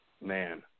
man